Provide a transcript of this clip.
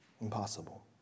impossible